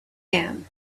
him